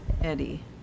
eddie